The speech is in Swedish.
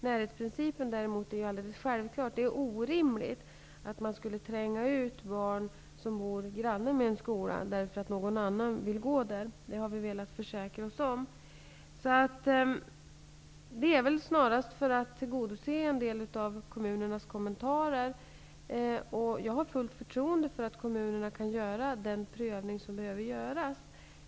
Närhetsprincipen är däremot alldeles självklar. Det är orimligt att tränga ut barn som bor granne med en skola därför att någon annan vill gå där. Det har vi velat försäkra oss om. Tillägget har väl snarast skett för att tillgodose en del av kommunernas kommentarer. Jag har fullt förtroende för att kommunerna kan göra den prövning som behövs.